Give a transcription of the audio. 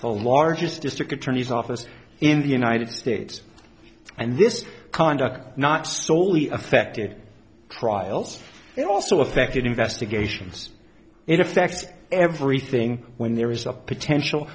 the largest district attorney's office in the united states and this conduct not soley affected trials it also affected investigations it affects everything when there is a potential